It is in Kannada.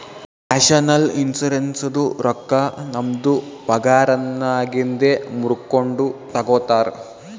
ನ್ಯಾಷನಲ್ ಇನ್ಶುರೆನ್ಸದು ರೊಕ್ಕಾ ನಮ್ದು ಪಗಾರನ್ನಾಗಿಂದೆ ಮೂರ್ಕೊಂಡು ತಗೊತಾರ್